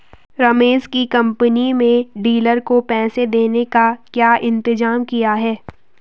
रमेश की कंपनी में डीलर को पैसा देने का क्या इंतजाम किया है?